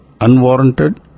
unwarranted